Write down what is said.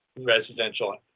residential